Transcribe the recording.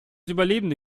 überlebende